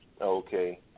okay